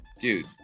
dude